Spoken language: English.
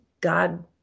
God